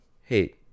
Hey